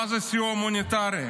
מה זה סיוע הומניטרי?